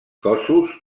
cossos